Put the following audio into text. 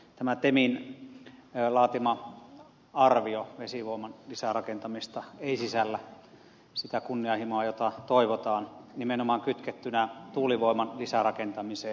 tämä temin laatima arvio vesivoiman lisärakentamisesta ei sisällä sitä kunnianhimoa jota toivotaan nimenomaan kytkettynä tuulivoiman lisärakentamiseen